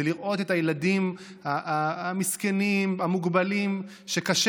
זה לראות את הילדים המסכנים והמוגבלים שקשה